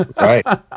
Right